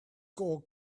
all